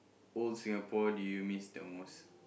old Singapore do you miss the most